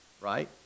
right